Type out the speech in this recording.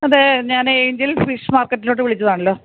അതേ ഞാൻ angel fish മാർക്കറ്റിലോട്ട് വിളിച്ചതാണല്ലോ